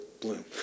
bloom